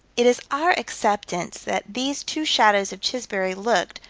it is our acceptance that these two shadows of chisbury looked,